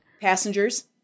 passengers